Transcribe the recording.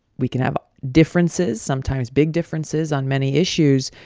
we can have differences sometimes big differences on many issues,